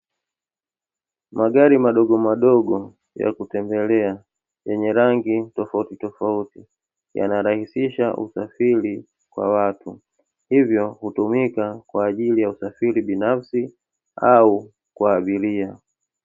Magari madogomadogo ya kutembelea, yenye rangi tofautitofauti yanarahisisha usafiri kwa watu, hivyo hutumika kwa ajili ya usafiri binafsi au kwa abiria.